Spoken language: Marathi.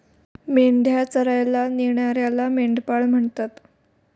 मेंढ्या चरायला नेणाऱ्याला मेंढपाळ म्हणतात